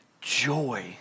joy